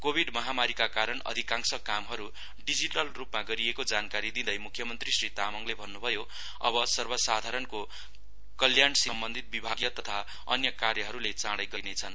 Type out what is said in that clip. covid महामारीका कारण अधिकांश कामहरू डिजिटलरूपमा गरिएको जानकारी दिँदै मुख्यमन्त्री श्री तामाङले भन्नुभयो अब सर्वसाधारणको कल्याणसित सम्बन्धित विभागीय तथा अन्य कार्यहरूले चाँडै गती पक्रिनेछन्